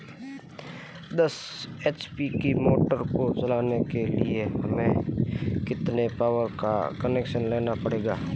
दस एच.पी की मोटर को चलाने के लिए हमें कितने पावर का कनेक्शन लेना पड़ेगा?